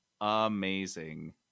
Amazing